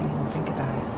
think about it.